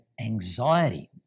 anxiety